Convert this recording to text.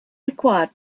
required